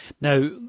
Now